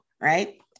right